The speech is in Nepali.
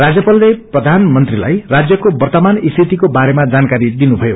राज्यपालले प्रधानमंत्रीलाई राज्यको वर्तमान स्थितिको बारेमा जानकारी दिनुभयो